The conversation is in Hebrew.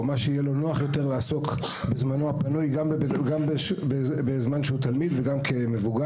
מה שיהיה לו נוח יותר לעסוק בו בזמנו הפנוי גם כתלמיד וגם כמבוגר.